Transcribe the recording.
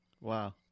Wow